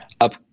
up